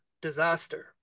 disaster